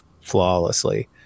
flawlessly